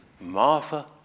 Martha